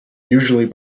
usually